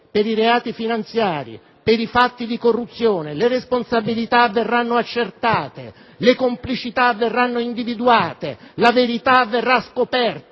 per i reati finanziari e per i fatti di corruzione, le responsabilità verranno accertate, le complicità verranno individuate, la verità verrà scoperta,